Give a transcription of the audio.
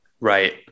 Right